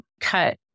cut